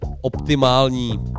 optimální